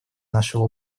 нашего